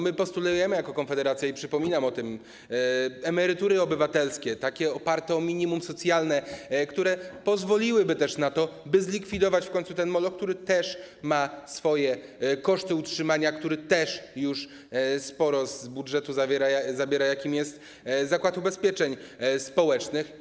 My postulujemy jako Konfederacja i przypominam o tym: emerytury obywatelskie, oparte na minimum socjalnym, które pozwoliłyby też na to, by zlikwidować w końcu ten moloch - który też ma swoje koszty utrzymania, który też już sporo z budżetu zabiera - jakim jest Zakład Ubezpieczeń Społecznych.